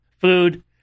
food